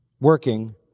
working